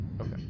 Okay